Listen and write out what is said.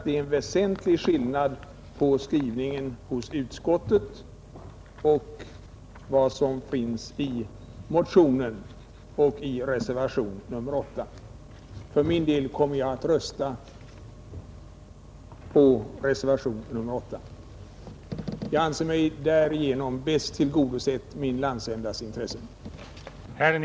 Det är en väsentlig skillnad på utskottets skrivning och på skrivningen i motionen och reservation nr 8. För min del kommer jag att rösta för reservation nr 8. Jag anser mig därigenom bäst tillgodose min landsändas intressen,